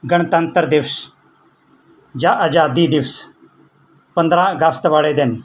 ਗਣਤੰਤਰ ਦਿਵਸ ਜਾਂ ਆਜ਼ਾਦੀ ਦਿਵਸ ਪੰਦਰਾਂ ਅਗਸਤ ਵਾਲੇ ਦਿਨ